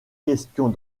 questions